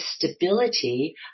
stability